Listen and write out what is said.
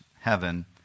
heaven